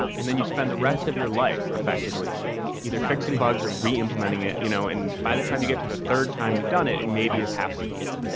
and then you spend the rest of your life effectively either fixing bugs or re-implementing it. you know and by the time you get to the third time you've done it, it maybe is halfway decent.